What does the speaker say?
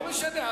לא משנה.